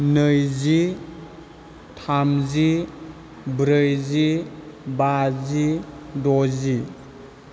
नैजि थामजि ब्रैजि बाजि द'जि